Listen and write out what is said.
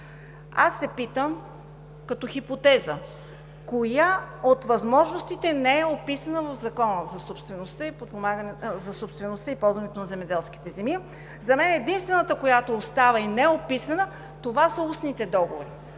Аз се питам като хипотеза: коя от възможностите не е описана в Закона за собствеността и ползването на земеделските земи? За мен единствената неописана възможност са устните договори.